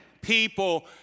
people